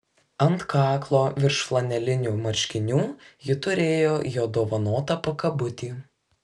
ant kaklo virš flanelinių marškinių ji turėjo jo dovanotą pakabutį